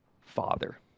Father